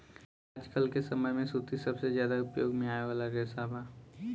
आजकल के समय में सूती सबसे ज्यादा उपयोग में आवे वाला रेशा बा